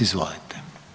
Izvolite.